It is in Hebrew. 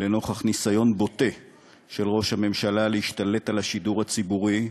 לנוכח ניסיון בוטה של ראש הממשלה להשתלט על השידור הציבורי,